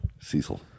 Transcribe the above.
Cecil